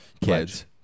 kids